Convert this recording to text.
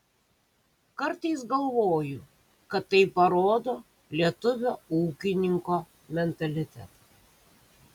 kartais galvoju kad tai parodo lietuvio ūkininko mentalitetą